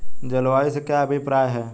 जलवायु से क्या अभिप्राय है?